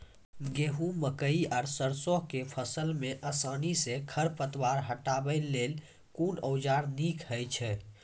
गेहूँ, मकई आर सरसो के फसल मे आसानी सॅ खर पतवार हटावै लेल कून औजार नीक है छै?